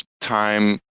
time